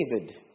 David